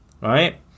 right